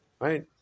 right